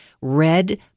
Red